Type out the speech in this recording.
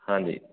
ਹਾਂਜੀ